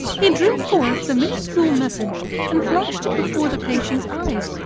he drew forth the minuscule message and flashed it before the patient's eyes.